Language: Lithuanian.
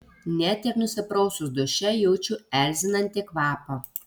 net ir nusiprausus duše jaučiu erzinantį kvapą